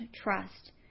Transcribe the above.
trust